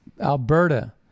Alberta